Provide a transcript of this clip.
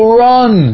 run